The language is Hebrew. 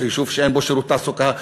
יישוב שאין בו שירות תעסוקה,